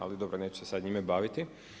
Ali dobro, neću se sad njime baviti.